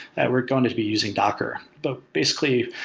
we're going to to be using docker. but basically,